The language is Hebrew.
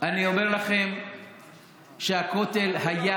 אני אומר לכם שהכותל היה